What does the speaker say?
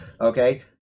okay